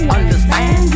understand